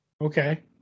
Okay